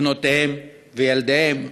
בנותיהם וילדיהם,